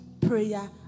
prayer